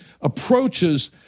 approaches